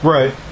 Right